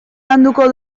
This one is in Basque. landuko